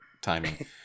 timing